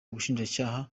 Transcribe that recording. ubushinjacyaha